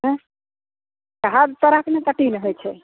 तऽ तऽ हर तरहके ने कटिन होइ छै